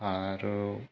फारौ